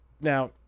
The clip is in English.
Now